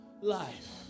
life